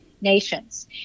Nations